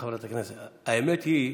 חברת כנסת, ברשותך, האמת היא,